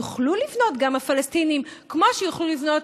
גם הפלסטינים יוכלו לבנות.